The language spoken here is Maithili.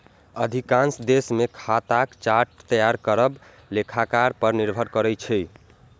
अधिकांश देश मे खाताक चार्ट तैयार करब लेखाकार पर निर्भर करै छै